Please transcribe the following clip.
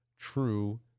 true